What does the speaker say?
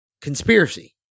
conspiracy